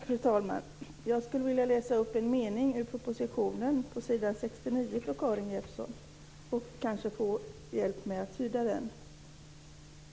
Fru talman! Jag skulle vilja läsa upp en mening på s. 69 i propositionen för Karin Jeppsson och kanske få hjälp med att tyda den.